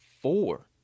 four